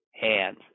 hands